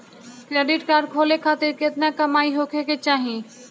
Credit card खोले खातिर केतना कमाई होखे के चाही?